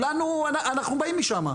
אנחנו באים משם.